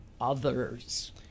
others